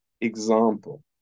example